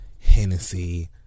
Hennessy